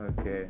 Okay